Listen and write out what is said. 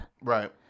right